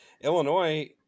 Illinois